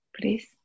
Please